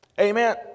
amen